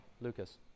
Lucas